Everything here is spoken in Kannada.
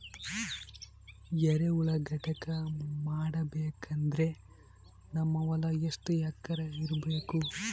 ಎರೆಹುಳ ಘಟಕ ಮಾಡಬೇಕಂದ್ರೆ ನಮ್ಮ ಹೊಲ ಎಷ್ಟು ಎಕರ್ ಇರಬೇಕು?